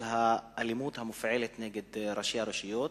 על אלימות המופעלת נגד ראשי הרשויות